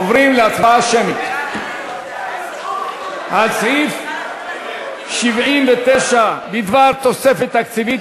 עוברים להצבעה שמית על הסתייגויות לסעיף 79 בדבר תוספת תקציבית,